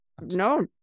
no